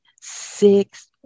six